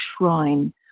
shrine